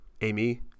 Amy